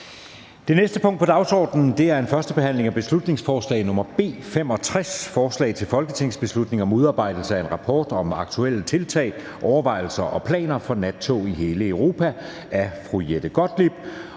Det næste punkt på dagsordenen er: 4) 1. behandling af beslutningsforslag nr. B 65: Forslag til folketingsbeslutning om udarbejdelse af en rapport om aktuelle tiltag, overvejelser og planer for nattog i hele Europa. Af Jette Gottlieb